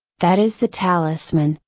that is the talisman,